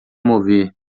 mover